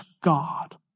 God